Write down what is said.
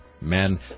Men